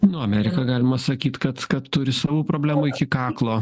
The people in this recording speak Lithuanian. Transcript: nu amerika galima sakyt kad kad turi savų problemų iki kaklo